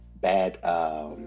bad